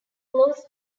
flows